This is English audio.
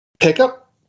pickup